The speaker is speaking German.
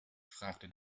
fragte